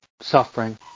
suffering